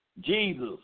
Jesus